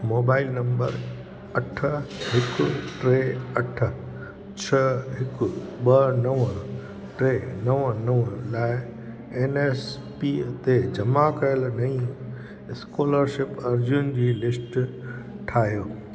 mobile number अठ हिक टे अठ छह हिक ॿ नव टे नव नव लाइ एन एस पी ते जमा कयल नईं स्कोलरशिप अर्ज़ियुनि जी लिस्ट ठाहियो